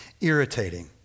irritating